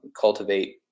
Cultivate